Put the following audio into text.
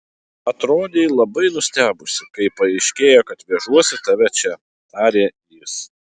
atrodei labai nustebusi kai paaiškėjo kad vežuosi tave čia tarė jis